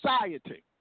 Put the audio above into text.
society